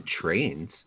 trains